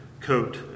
coat